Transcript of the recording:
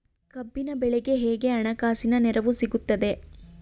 ಕಬ್ಬಿನ ಬೆಳೆಗೆ ಹೇಗೆ ಹಣಕಾಸಿನ ನೆರವು ಸಿಗುತ್ತದೆ?